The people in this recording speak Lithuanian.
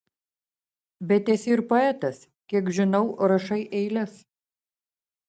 bet esi ir poetas kiek žinau rašai eiles